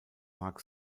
mark